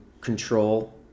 control